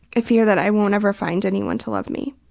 i fear that i wont ever find anyone to love me.